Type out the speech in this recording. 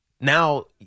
Now